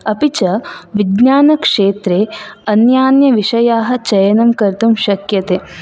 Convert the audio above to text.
अपि च विज्ञानक्षेत्रे अन्यान्यविषयाः चयनं कर्तुं शक्यते